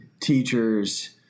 teachers